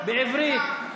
בעברית,